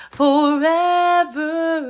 forever